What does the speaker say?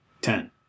Ten